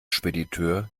spediteur